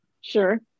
Sure